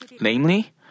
Namely